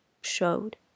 showed